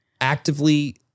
actively